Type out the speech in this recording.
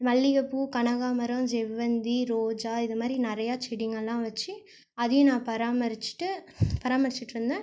மல்லிகைப்பூ கனகாம்பரம் ஜெவ்வந்தி ரோஜா இதுமாதிரி நிறைய செடிங்கெளெல்லாம் வெச்சு அதையும் நான் பராமரிச்சுட்டு பராமரிச்சிட்டுருந்தேன்